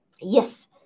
yes